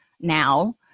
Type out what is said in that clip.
now